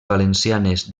valencianes